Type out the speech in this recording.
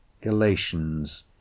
Galatians